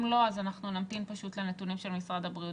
אם לא, אז אנחנו נמתין לנתונים של משרד הבריאות.